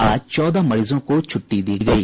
आज चौदह मरीजों को छुट्टी दी गयी